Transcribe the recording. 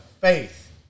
faith